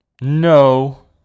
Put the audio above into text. No